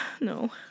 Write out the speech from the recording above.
No